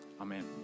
Amen